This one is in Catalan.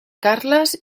carles